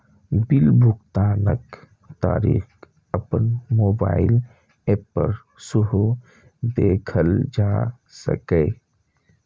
bill भुगतानक तारीख अपन मोबाइल एप पर सेहो देखल जा सकैए